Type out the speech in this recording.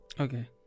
Okay